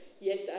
Yes